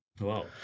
Wow